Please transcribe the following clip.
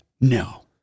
No